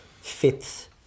fifth